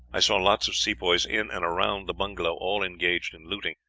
i saw lots of sepoys in and around the bungalow, all engaged in looting.